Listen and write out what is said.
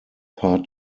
part